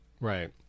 right